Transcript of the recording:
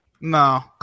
No